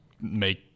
make